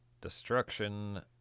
Destruction